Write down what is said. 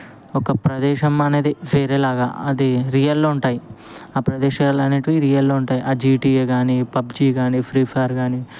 ఒక ప్రదేశం అనేది వేరేలాగ అది రియల్లో ఉంటాయి ఆ ప్రదేశాలనేటివి రియల్లో ఉంటాయి జీటీఏ కాని పబ్జీ కాని ఫ్రీ ఫయిర్ కాని